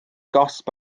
gosb